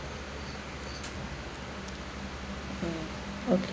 mm okay